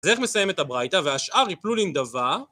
ואיך מסיימת הברייתא, והשאר ייפלו לנדבה.